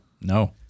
No